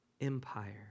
Empire